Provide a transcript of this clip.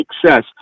success